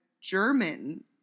German